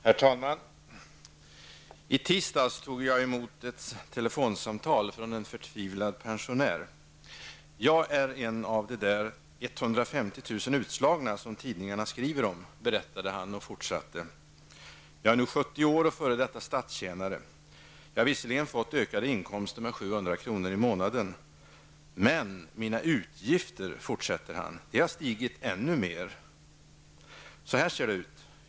Herr talman! I tisdags tog jag emot ett telefonsamtal från en förtvivlad pensionär. Jag är en av de där 150 000 utslagna som tidningarna skriver om, berättade han och fortsatte: Jag är nu 70 år och f.d. statstjänare. Jag har visserligen fått ökade inkomster med 700 kr. per månad. Men mina utgifter, fortsatte han, har stigit ännu mer. Så här ser det ut.